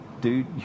dude